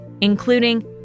including